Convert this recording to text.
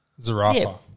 Zarafa